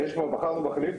יש, בחרנו מחליף.